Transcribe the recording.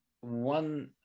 one